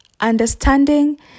understanding